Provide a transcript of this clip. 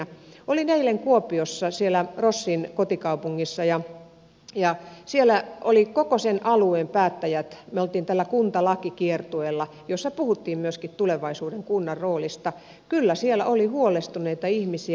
olin eilen kuopiossa siellä rossin kotikaupungissa ja siellä olivat koko sen alueen päättäjät me olimme tällä kuntalakikiertueella jossa puhuttiin myöskin tulevaisuuden kunnan roolista ja kyllä siellä oli huolestuneita ihmisiä